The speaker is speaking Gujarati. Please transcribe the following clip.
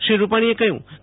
શ્રી રૂપાણીએ કહ્યું કે